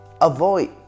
avoid